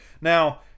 Now